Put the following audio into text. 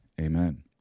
Amen